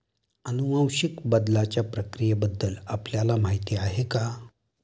अनुवांशिक बदलाच्या प्रक्रियेबद्दल आपल्याला माहिती आहे का?